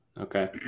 Okay